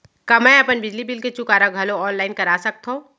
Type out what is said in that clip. का मैं अपन बिजली बिल के चुकारा घलो ऑनलाइन करा सकथव?